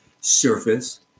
surface